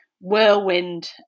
whirlwind